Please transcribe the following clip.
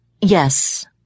Yes